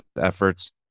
efforts